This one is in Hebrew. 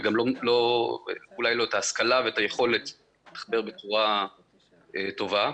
ואולי לא ההשכלה והיכולת להתחבר בצורה טובה.